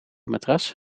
matras